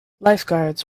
lifeguards